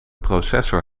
processor